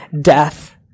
death